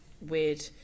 weird